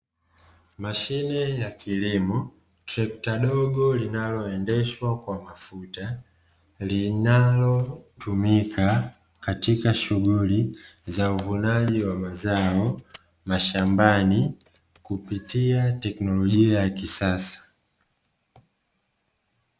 Mashine ya kilimo trekta dogo linaloendeshwa kwa mafuta linalotumika katika shughuli za uvunaji wa mazao mashambani kupitia teknolojia ya kisasa.